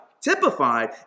typified